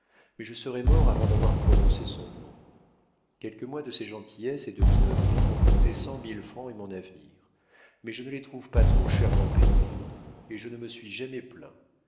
mais je serais mort avant d'avoir prononcé son nom quelques mois de ses gentillesses et de minauderies m'ont coûté cent mille francs et mon avenir mais je ne les trouve pas trop chèrement payés et je ne me suis jamais plaint